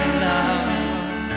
love